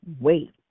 wait